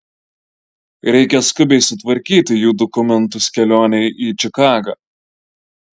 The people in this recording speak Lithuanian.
reikia skubiai sutvarkyti jų dokumentus kelionei į čikagą